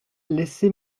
laissez